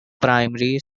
primary